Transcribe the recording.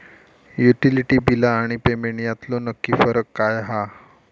Utility बिला आणि payment यातलो नक्की फरक काय हा?